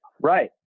Right